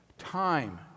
Time